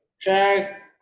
Track